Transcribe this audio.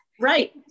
right